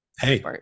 Hey